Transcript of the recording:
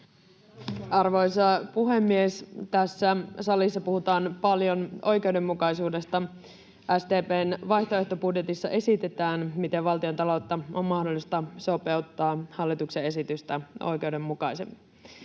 Arvoisa puhemies! Tässä salissa puhutaan paljon oikeudenmukaisuudesta. SDP:n vaihtoehtobudjetissa esitetään, miten valtiontaloutta on mahdollista sopeuttaa hallituksen esitystä oikeudenmukaisemmin.